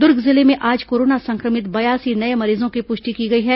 दुर्ग जिले में आज कोरोना संक्रमित बयासी नये मरीजों की पुष्टि की गई है